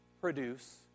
produce